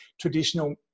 traditional